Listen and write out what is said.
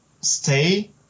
stay